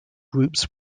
groups